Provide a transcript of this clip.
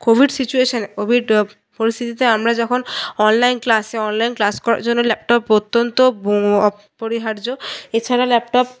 Covid সিচুয়েশনে COVID পরিস্থিতিতে আমরা যখন অনলাইন ক্লাসে অনলাইন ক্লাস করার জন্যে ল্যাপটপ অত্যন্ত অপরিহার্য এছাড়া ল্যাপটপ